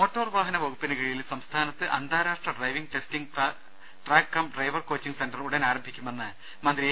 motor വാഹന വകുപ്പിന് കീഴിൽ സംസ്ഥാനത്ത് അന്താരാഷ്ട്ര driving testing track cum driver coaching centre ഉടൻ ആരം ഭിക്കുമെന്ന് മന്ത്രി എ